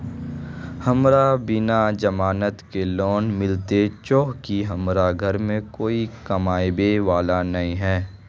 हमरा बिना जमानत के लोन मिलते चाँह की हमरा घर में कोई कमाबये वाला नय है?